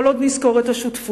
כל עוד נזכור את השותפות,